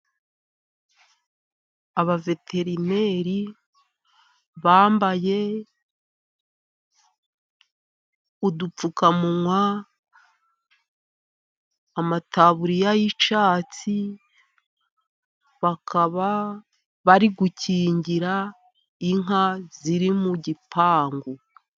Abaveterineri bambaye udupfukamunwa, amataburiya y'icyatsi, bakaba bari gukingira inka ziri mu gipangu.